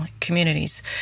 communities